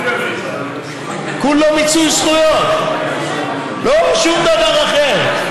כולה מיצוי זכויות, לא שום דבר אחר.